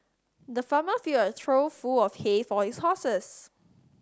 the farmer filled a trough full of hay for his horses